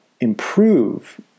improve